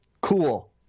Cool